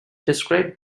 described